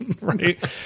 right